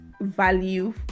value